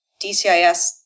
DCIS